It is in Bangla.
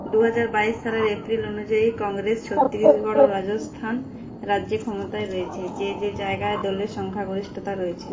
দু হাজার বাইশ সালের এপ্রিল অনুযায়ী কংগ্রেস ছত্তিশগড় ও রাজস্থান রাজ্যে ক্ষমতায় রয়েচে যে যে জায়গায় দলের সংখ্যা গরিষ্টতা রয়েছে